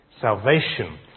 salvation